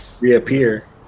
reappear